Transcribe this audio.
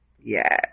Yes